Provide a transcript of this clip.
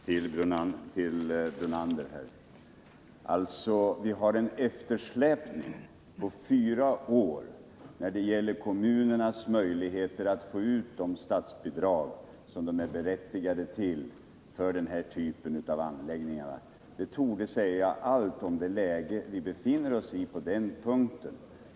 Fru talman! Helt kort några ord till Lennart Brunander. Det är en eftersläpning på fyra år vad gäller kommunernas möjligheter att få ut de statsbidrag som de är berättigade till för den här typen av anläggningar. Det torde säga allt om läget på den punkten.